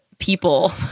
People